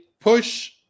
push